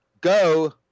go